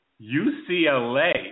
UCLA